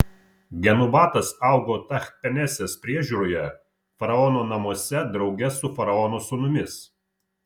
genubatas augo tachpenesės priežiūroje faraono namuose drauge su faraono sūnumis